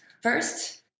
First